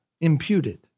imputed